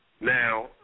Now